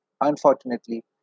unfortunately